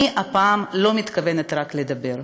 הפעם אני מתכוונת לא רק לדבר,